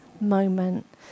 moment